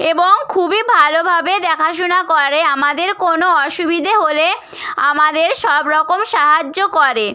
এবং খুবই ভালোভাবে দেখাশোনা করে আমাদের কোনো অসুবিধে হলে আমাদের সব রকম সাহায্য করে